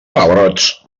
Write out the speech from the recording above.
pebrots